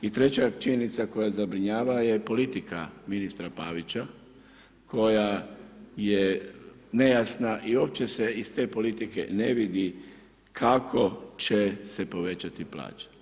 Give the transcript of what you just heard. I treća činjenica koja zabrinjava je politika ministra Pavića koja je nejasna i uopće se iz te politike ne vidi kako će se povećati plaće.